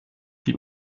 die